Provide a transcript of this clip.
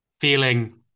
feeling